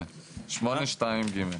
8(2)(ג).